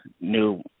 new